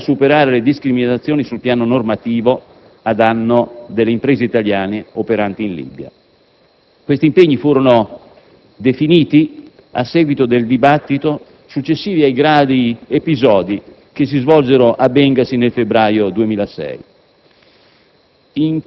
in modo anche da superare le discriminazioni sul piano normativo a danno delle imprese italiane operanti in Libia. Questi impegni furono definiti a seguito del dibattito successivo ai gravi episodi che si svolsero a Bengasi nel febbraio 2006.